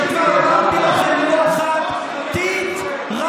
כפי שכבר אמרתי לכם לא אחת, תתרגלו.